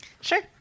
Sure